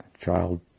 child